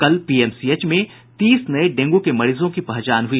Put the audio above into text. कल पीएमसीएच में तीस नये डेंगू के मरीजों की पहचान हुई